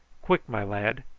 quick, my lad!